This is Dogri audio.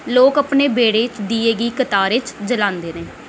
लोक अपने बेह्ड़े च दीएं गी कतारें च जलांदे न